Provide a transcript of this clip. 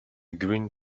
green